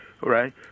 right